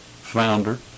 founder